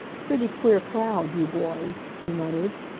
pretty queer crowd, you boys, he muttered.